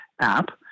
app